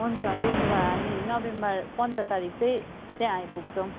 हुन्छ त्यसो भए हामी नोभेम्बर पन्ध्र तारिक चाहिँ त्यहाँ आइपुग्छौँ